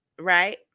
right